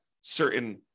certain